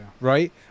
right